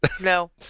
No